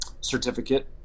certificate